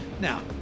Now